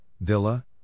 Villa